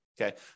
okay